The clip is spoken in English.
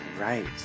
right